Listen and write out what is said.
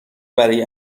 برای